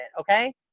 okay